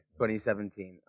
2017